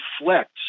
reflects